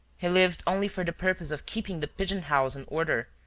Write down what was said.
he lived only for the purpose of keeping the pigeon-house in order,